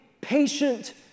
patient